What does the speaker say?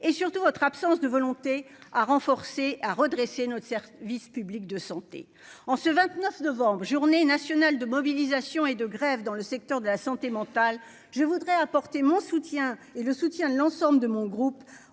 et surtout votre absence de volonté à renforcer à redresser notre service public de santé, en ce 29 novembre journée nationale de mobilisation et de grève dans le secteur de la santé mentale, je voudrais apporter mon soutien et le soutien de l'ensemble de mon groupe